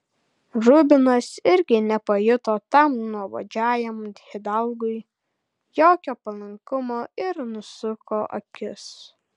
rubinas irgi nepajuto tam nuobodžiajam hidalgui jokio palankumo ir nusuko akis